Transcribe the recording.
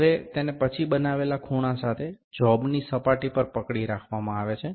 હવે તેને પછી બનાવેલા ખૂણા સાથે જોબની સપાટી પર પકડી રાખવામાં આવે છે